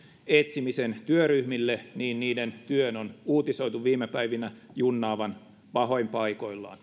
etsimisen työryhmille niin niiden työn on uutisoitu viime päivinä junnaavan pahoin paikoillaan